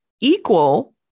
equal